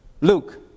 Luke